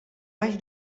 baix